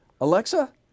Alexa